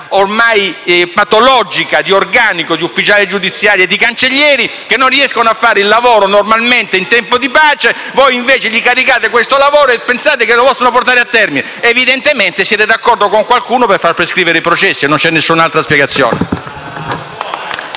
ormai patologica nell'organico degli ufficiali giudiziari e dei cancellieri, che non riescono a fare il lavoro normalmente in tempo di pace; ciononostante voi li caricate di questo lavoro e pensate che lo possano portare a termine. Evidentemente, siete d'accordo con qualcuno per far prescrivere i processi, non c'è alcun'altra spiegazione.